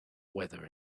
weather